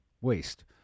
waste